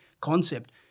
concept